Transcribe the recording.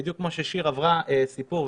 בדיוק כמו ששיר עברה סיפור,